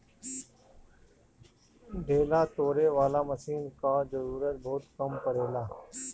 ढेला तोड़े वाला मशीन कअ जरूरत बहुत कम पड़ेला